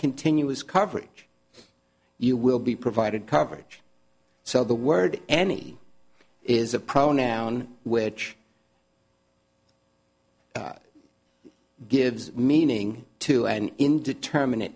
continuous coverage you will be provided coverage so the word any is a pronoun which gives meaning to an indetermin